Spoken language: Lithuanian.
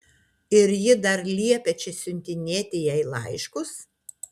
ir ji dar liepia čia siuntinėti jai laiškus